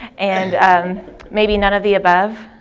and maybe none of the above?